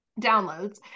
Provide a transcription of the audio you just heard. downloads